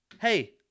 hey